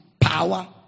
power